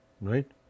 right